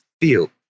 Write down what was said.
feel